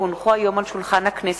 כי הונחו היום על שולחן הכנסת,